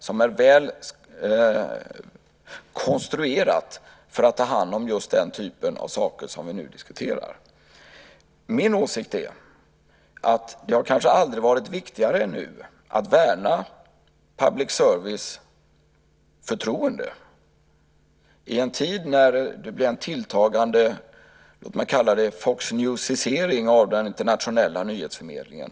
Det är väl konstruerat för att ta hand om just sådant som vi nu diskuterar. Min åsikt är att det kanske aldrig har varit viktigare än nu att värna public service förtroende i en tid med tilltagande "foxnewsisering" av den internationella nyhetsförmedlingen.